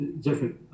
different